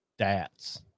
stats